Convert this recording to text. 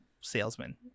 Salesman